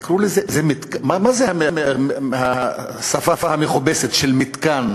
מה זה השפה המכובסת של "מתקן"?